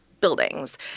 buildings